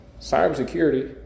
cybersecurity